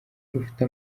rufite